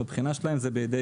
הבחינה שלהם היא בידי